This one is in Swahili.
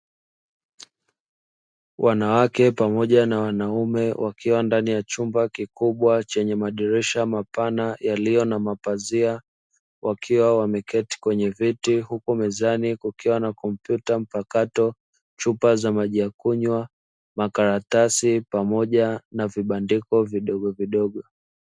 Wanawake pamoja na wanaume wakiwa ndani ya chumba kikubwa chenye madirisha mapana, yaliyo na mapazia wakiwa wameketi kwenye viti huku mezani kukiwa na komptyuta mpakato, chupa za maji yakunywa, makaratasi pamoja na vibandiko vidogovidogo.